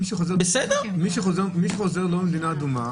מי שחוזר לא ממדינה אדומה,